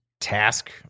task